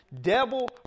Devil